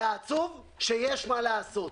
והעצוב הוא שיש מה לעשות.